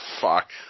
fuck